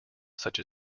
such